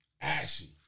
Ashy